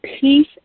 peace